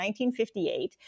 1958